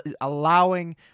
allowing